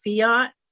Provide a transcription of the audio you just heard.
Fiat